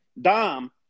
Dom